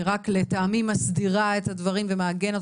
לטעמי היא רק מסדירה את הדברים ומעגנת